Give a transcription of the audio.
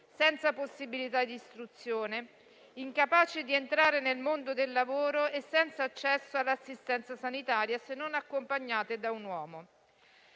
senza possibilità di istruzione, incapaci di entrare nel mondo del lavoro e senza accesso all'assistenza sanitaria, se non accompagnate da un uomo.